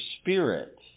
spirit